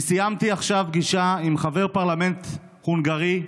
אני סיימתי עכשיו פגישה עם חבר פרלמנט הונגרי,